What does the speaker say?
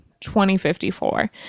2054